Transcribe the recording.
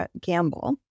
Gamble